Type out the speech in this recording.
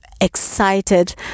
excited